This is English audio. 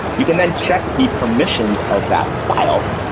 you can then check the permissions of that file.